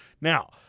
Now